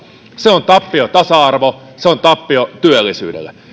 se on tappio tasa arvolle se on tappio työllisyydelle